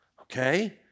Okay